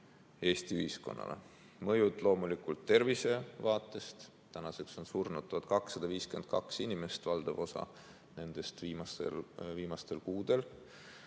Eesti ühiskonnale. Mõjud on loomulikult tervise seisukohast, tänaseks on surnud 1252 inimest, valdav osa nendest viimastel kuudel.